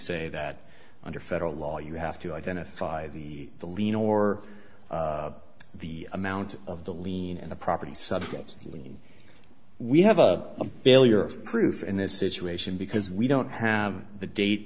say that under federal law you have to identify the the lien or the amount of the lien on the property subject when we have a failure of proof in this situation because we don't have the date